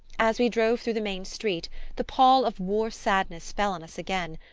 as we drove through the main street the pall of war-sadness fell on us again,